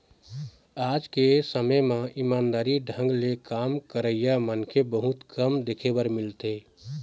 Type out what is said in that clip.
आज के समे म ईमानदारी ढंग ले काम करइया मनखे बहुत कम देख बर मिलथें